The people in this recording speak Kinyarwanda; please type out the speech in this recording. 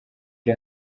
iri